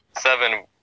seven